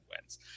wins